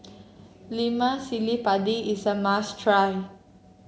Lemak Cili Padi is a must try